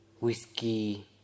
whiskey